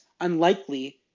Unlikely